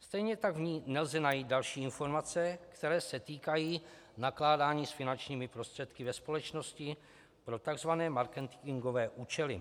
Stejně tak v ní nelze najít další informace, které se týkají nakládání s finančními prostředky ve společnosti pro tzv. marketingové účely.